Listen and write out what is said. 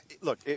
look